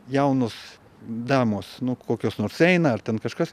jaunos damos nu kokios nors eina ar ten kažkas